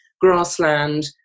grassland